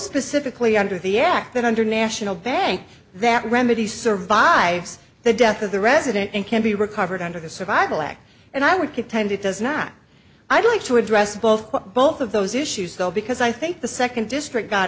specifically under the act that under national bank that remedies survives the death of the resident and can be recovered under the survival act and i would contend it does not i'd like to address both both of those issues though because i think the second district got